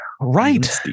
right